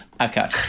Okay